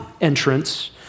entrance